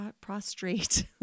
prostrate